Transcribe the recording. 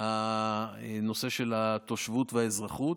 הנושא של התושבות והאזרחות,